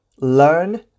learn